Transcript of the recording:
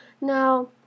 Now